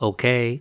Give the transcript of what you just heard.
Okay